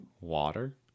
Water